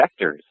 vectors